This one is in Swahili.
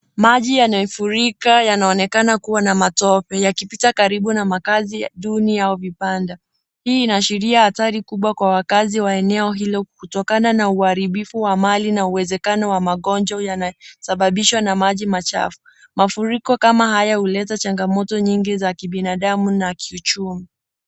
Maji yanyofurika yanaonekana kuwa na matope yakipita karibu na makazi duni ya vibanda hii inashiria hatari kwa wakazi wa eneo hilo kutokana na uharibifu wa mali na uwezekano wa magonjwa yanayosababishwa na maji machafu. Mafuriko kama haya huleta changamoto nyingi za kibinadamu na ki uchumi.